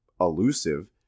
elusive